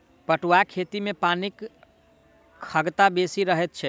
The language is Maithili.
पटुआक खेती मे पानिक खगता बेसी रहैत छै